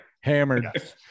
Hammered